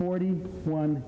forty one